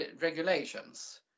regulations